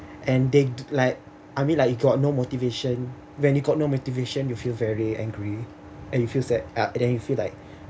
and they like I mean like you got no motivation when you got no motivation you feel very angry and you feel sad ah then you feel like